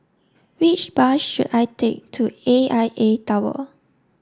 which bus should I take to A I A Tower